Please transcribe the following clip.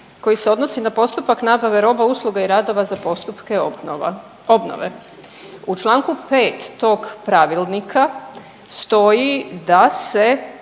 koji se odnosi na postupak nabave roba, usluga i radova za postupke obnove. U čl. 5 tog pravilnika stoji da se